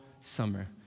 summer